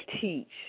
teach